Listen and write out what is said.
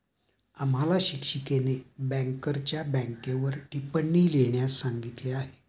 आम्हाला शिक्षिकेने बँकरच्या बँकेवर टिप्पणी लिहिण्यास सांगितली आहे